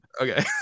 Okay